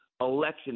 Election